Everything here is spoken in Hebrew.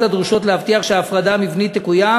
הדרושות כדי להבטיח שההפרדה המבנית תקוים,